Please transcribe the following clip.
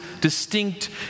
distinct